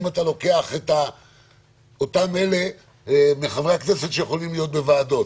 אם אתה לוקח את אותם אלה מחברי כנסת שיכולים להיות בוועדות.